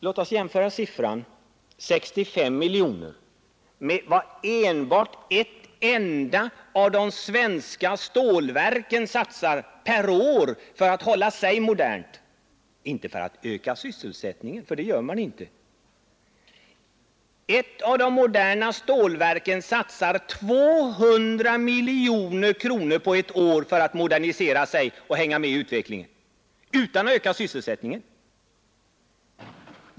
Låt oss jämföra denna siffra — 65 miljoner — med vad bara ett enda av de svenska stålverken satsar per år för att hålla sig modernt — inte för att öka sysselsättningen. Ett av de moderna stålverken satsar 200 miljoner kronor på ett år på att modernisera och hänga med i utvecklingen — utan att öka sysselsättningen.